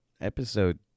episode